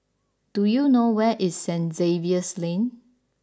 do you know where is Saint Xavier's Lane